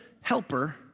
helper